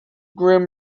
grim